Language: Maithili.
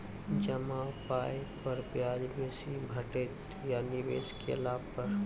जमा पाय पर ब्याज बेसी भेटतै या निवेश केला पर?